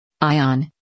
Ion